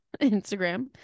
Instagram